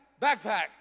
backpack